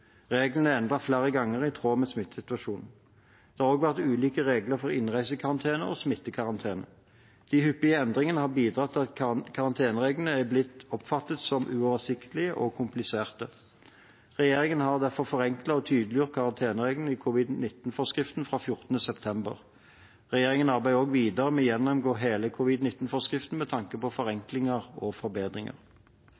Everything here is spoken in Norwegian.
Reglene er endret flere ganger i tråd med smittesituasjonen. Det har også vært ulike regler for innreisekarantene og smittekarantene. De hyppige endringene har bidratt til at karantenereglene er blitt oppfattet som uoversiktlige og kompliserte. Regjeringen har derfor forenklet og tydeliggjort karantenereglene i covid-l9-forskriften fra 14. september. Regjeringen arbeider også videre med å gjennomgå hele covid-l9-forskriften med tanke på